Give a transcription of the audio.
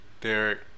Derek